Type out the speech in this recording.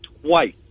twice